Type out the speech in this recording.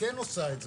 כן עושה את זה.